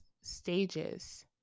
stages